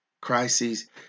Crises